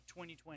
2020